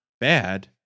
bad